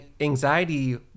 anxiety